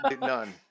None